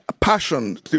passion